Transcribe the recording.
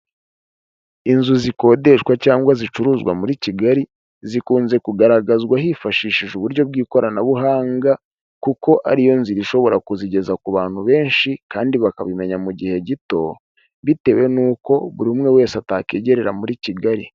Inzu zikodeshwa cyangwa zicuruzwa muri Kigali, zikunze kugaragazwa hifashishijwe uburyo bw'ikoranabuhanga, kuko ari yo nzira ishobora kuzigeza ku bantu benshi kandi bakabimenya mu gihe gito; bitewe n'uko buri umwe wese atakwigerera muri Kigali.